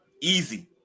Easy